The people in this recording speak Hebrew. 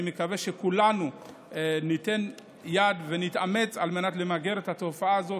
אני מקווה שכולנו ניתן יד ונתאמץ על מנת למגר את התופעה הזאת,